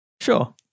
sure